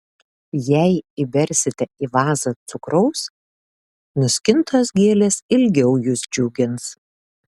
jei įbersite į vazą cukraus nuskintos gėlės ilgiau jus džiugins